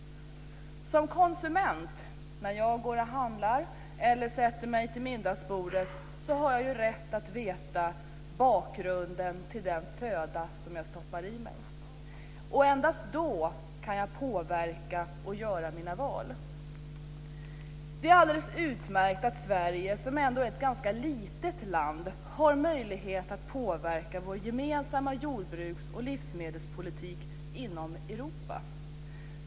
Som konsument - när jag går och handlar eller sätter mig vid middagsbordet - har jag rätt att veta bakgrunden till den föda jag stoppar i mig. Endast då kan jag påverka och göra mina val. Det är alldeles utmärkt att Sverige, som ändå är ett ganska litet land, har möjlighet att påverka vår gemensamma jordbruks och livsmedelspolitik inom Europa.